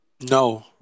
No